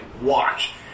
Watch